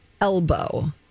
elbow